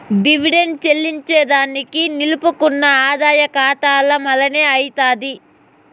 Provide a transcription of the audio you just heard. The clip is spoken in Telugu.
డివిడెండ్ చెల్లింజేదానికి నిలుపుకున్న ఆదాయ కాతాల మల్లనే అయ్యితాది